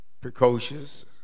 precocious